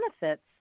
benefits